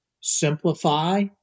simplify